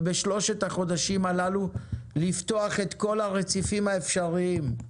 ובשלושת החודשים הללו לפתוח את כל הרציפים האפשריים.